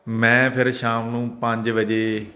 ਮੈਂ ਫਿਰ ਸ਼ਾਮ ਨੂੰ ਪੰਜ ਵਜੇ